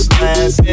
last